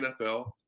NFL